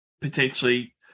potentially